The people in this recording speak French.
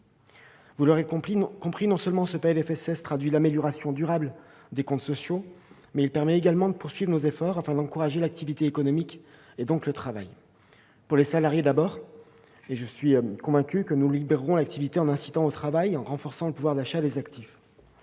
la sécurité sociale non seulement traduit l'amélioration durable des comptes sociaux, mais permet également de poursuivre les efforts que nous déployons pour encourager l'activité économique et, donc, le travail. Pour les salariés, d'abord. Je suis convaincu que nous libérerons l'activité en incitant au travail et en renforçant le pouvoir d'achat des actifs.